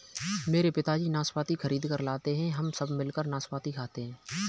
मेरे पिताजी नाशपाती खरीद कर लाते हैं हम सब मिलकर नाशपाती खाते हैं